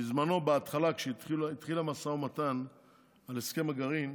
בזמנו, בהתחלה, כשהתחיל המשא ומתן על הסכם הגרעין,